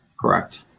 Correct